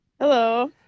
Hello